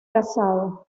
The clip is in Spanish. casado